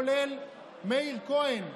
כולל מאיר כהן,